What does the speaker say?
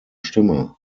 stimme